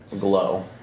glow